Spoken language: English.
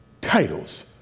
titles